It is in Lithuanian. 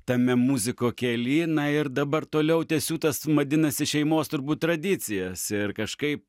tame muziko kely na ir dabar toliau tęsiu tas vadinasi šeimos turbūt tradicijas ir kažkaip